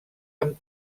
amb